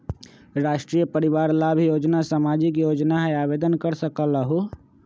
राष्ट्रीय परिवार लाभ योजना सामाजिक योजना है आवेदन कर सकलहु?